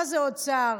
מה זה עוד שר?